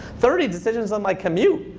thirty decisions on my commute.